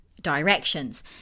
directions